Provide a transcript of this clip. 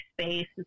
space